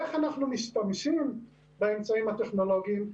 איך אנחנו משתמשים באמצעים הטכנולוגיים,